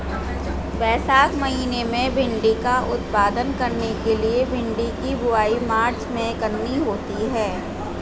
वैशाख महीना में भिण्डी का उत्पादन करने के लिए भिंडी की बुवाई मार्च में करनी होती है